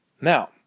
Now